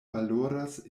valoras